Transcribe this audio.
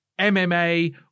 MMA